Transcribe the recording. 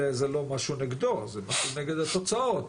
זו לא אמירה נגדו, זה משהו נגד התוצאות.